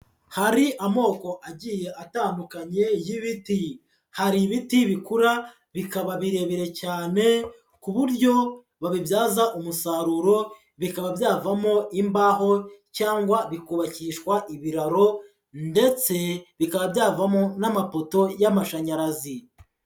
Hari amoko agiye atandukanye y'ibiti, hari ibiti bikura bikaba birebire cyane ku buryo babibyaza umusaruro bikaba byavamo imbaho cyangwa bikubakishwa ibiraro ndetse bikaba byavamo n'amapoto y'amashanyarazi.